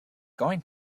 going